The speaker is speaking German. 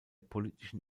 politischen